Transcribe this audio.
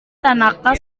tanaka